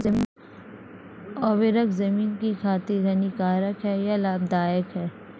उर्वरक ज़मीन की खातिर हानिकारक है या लाभदायक है?